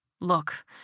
Look